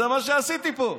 זה מה שעשיתי פה,